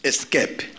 Escape